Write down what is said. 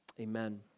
amen